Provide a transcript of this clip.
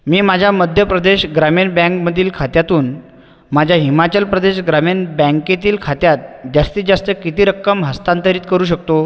मी माझ्या मध्य प्रदेश ग्रामीण बँकमधील खात्यातून माझ्या हिमाचल प्रदेश ग्रामीण बँकेतील खात्यात जास्तीत जास्त किती रक्कम हस्तांतरित करू शकतो